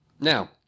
Now